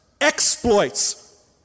exploits